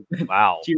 Wow